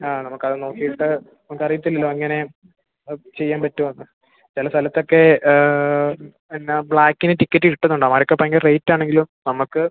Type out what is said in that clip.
ആ നമുക്കത് നോക്കിയിട്ട് നമുക്കറിയത്തില്ലല്ലോ അങ്ങനെ ചെയ്യാൻ പറ്റുമോ എന്ന് ചില സലത്തൊക്കെ എന്നാ ബ്ലാക്കിന് ടിക്കറ്റ് കിട്ടുന്നുണ്ടാവാം അതിനൊക്കെ ഭയങ്കര റേയ്റ്റ് ആണെങ്കിലും നമുക്ക്